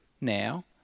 now